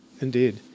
Indeed